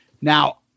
Now